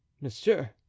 Monsieur